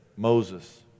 Moses